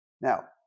Now